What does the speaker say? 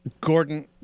gordon